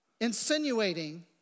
Insinuating